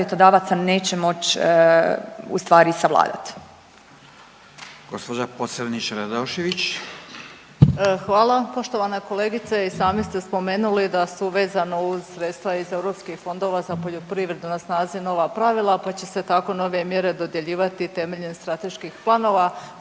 neće moći u stvari savladati.